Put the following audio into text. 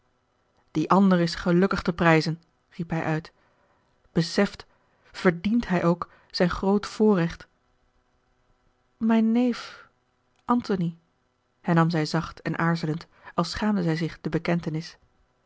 die ander is gelukkig te prijzen riep hij uit beseft verdient hij ook zijn groot voorrecht mijn neef antony hernam zij zacht en aarzelend als schaamde zij zich de bekentenis